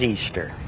Easter